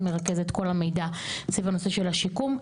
מרכז את כל המידע סביב הנושא של השיקום,